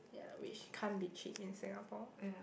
ya which can't be cheap in Singapore